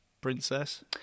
princess